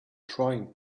trying